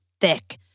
thick